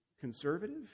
conservative